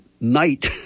night